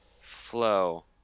flow